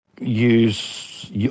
use